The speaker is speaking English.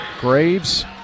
Graves